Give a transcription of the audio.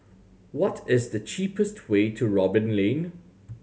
what is the cheapest way to Robin Lane